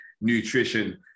Nutrition